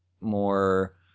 more